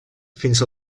fins